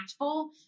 impactful